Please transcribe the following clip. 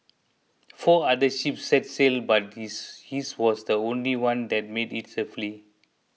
four other ships set sail but his his was the only one that made it safely